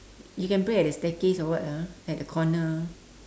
you can pray at the staircase or what lah at the corner